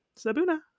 Sabuna